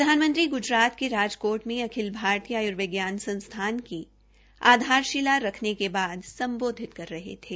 प्रधानमंत्री ने गूजरात के राजकोट में अखिल भारतीय आय्र्विज्ञान संस्थान एम्स की आधारशिला रखने के बाद सम्बोधित कर रहे थे